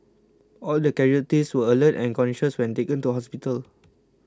all the casualties were alert and conscious when taken to hospital